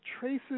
traces